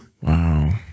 Wow